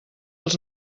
els